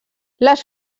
les